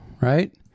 right